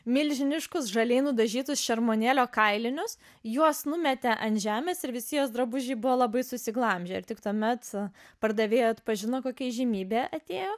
milžiniškus žaliai nudažytus šermuonėlio kailinius juos numetė ant žemės ir visi jos drabužiai buvo labai susiglamžę ir tik tuomet pardavėja atpažino kokia įžymybė atėjo